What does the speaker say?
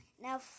now